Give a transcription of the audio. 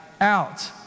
out